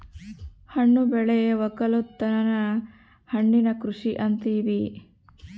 ಹಣ್ಣು ಬೆಳೆ ವಕ್ಕಲುತನನ ಹಣ್ಣಿನ ಕೃಷಿ ಅಂತಿವಿ